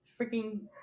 freaking